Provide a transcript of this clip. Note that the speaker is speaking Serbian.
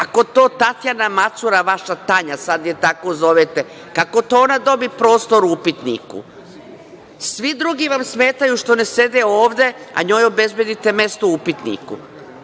Kako to Tatjana Macura, vaša Tanja, sad je tako zovete, kako to ona dobi prostor u „Upitniku“? Svi drugi vam smetaju što ne sede ovde, a njoj obezbedite mesto u „Upitniku“?